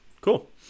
Cool